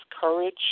courage